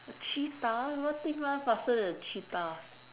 a cheetah what thing run faster than a cheetah